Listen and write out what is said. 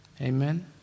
Amen